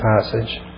passage